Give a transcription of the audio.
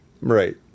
Right